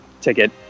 ticket